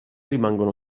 rimangono